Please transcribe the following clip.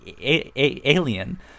alien